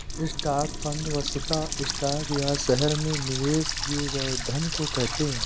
stock fund वस्तुतः stock या शहर में निवेश किए गए धन को कहते हैं